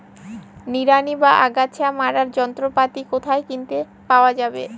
নিড়ানি বা আগাছা মারার যন্ত্রপাতি কোথায় কিনতে পাওয়া যাবে?